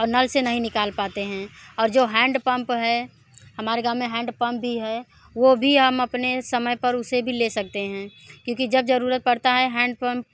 और नल से नहीं निकाल पाते हैं और जो हैंडपम्प है हमारे गाँव में हैंडपम्प भी है वह भी हम अपने समय पर उसे भी ले सकते हैं क्योंकि जब ज़रूरत पड़ता है हैंडपम्प